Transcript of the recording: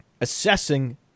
assessing